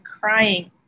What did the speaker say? crying